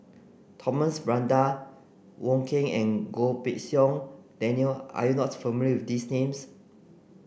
Thomas Braddell Wong Keen and Goh Pei Siong Daniel are you not familiar with these names